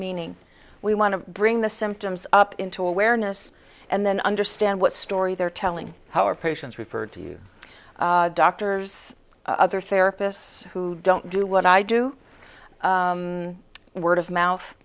meaning we want to bring the symptoms up into awareness and then understand what story they're telling our patients referred to you doctors other therapists who don't do what i do and word of